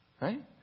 Right